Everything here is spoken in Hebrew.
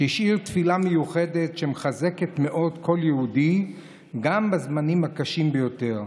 שהשאיר תפילה מיוחדת שמחזקת מאוד כל יהודי גם בזמנים הקשים ביותר,